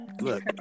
Look